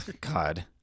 god